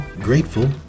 grateful